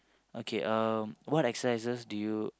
okay um what exercises do you